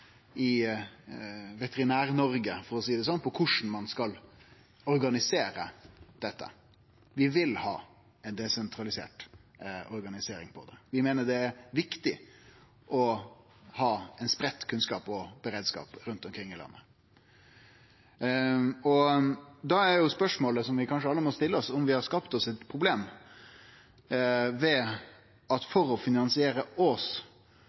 i Veterinær-Noreg, for å seie det slik, om korleis ein skal organisere dette. Vi vil ha ei desentralisert organisering av det. Vi meiner det er viktig at kunnskap og beredskap blir spreidde rundt omkring i landet. Da er spørsmålet som vi kanskje alle må stille oss: Har vi skapt oss eit problem ved at ein for å finansiere